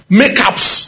makeups